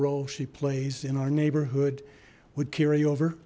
role she plays in our neighborhood would carry over